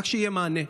רק שיהיה מענה.